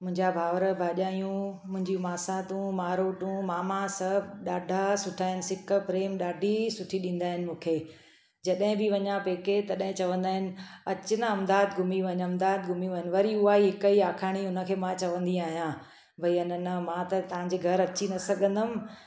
मुंहिंजा भाउर भाजायूं मुंहिंजी मासातूं मारोटूं मामा सभु ॾाढा सुठा आहिनि सिकु प्रेम ॾाढी सुठी ॾींदा आहिनि मूंखे जॾहिं बि वञा पेके तॾहिं चवंदा आहिनि अच न अहमदाबाद घुमी वञु अहमदाबाद घुमी वञु वरी उहा ई हिकु आखाणी उन खे मां चवंदी आहियां भई आहे न मां त तव्हांजे घर अची न सघंदमि